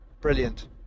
Brilliant